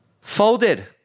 Folded